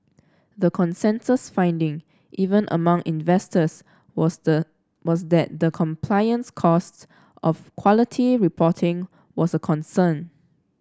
the consensus finding even among investors was the was that the compliance costs of quality reporting was a concern